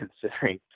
considering